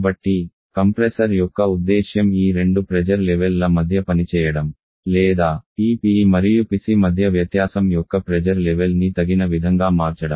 కాబట్టి కంప్రెసర్ యొక్క ఉద్దేశ్యం ఈ రెండు ప్రెజర్ లెవెల్ ల మధ్య పనిచేయడం లేదా ఈ PE మరియు PC మధ్య వ్యత్యాసం యొక్క ప్రెజర్ లెవెల్ ని తగిన విధంగా మార్చడం